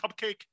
cupcake